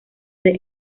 the